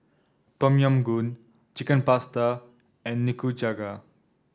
Tom Yam Goong Chicken Pasta and Nikujaga